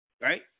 right